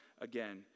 again